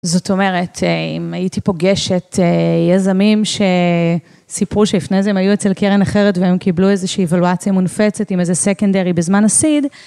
זאת אומרת, אם הייתי פוגשת יזמים שסיפרו שלפני זה הם היו אצל קרן אחרת והם קיבלו איזושהי אבלואציה מונפצת עם איזה סקנדרי בזמן הסיד.